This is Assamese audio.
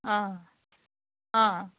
অঁ অঁ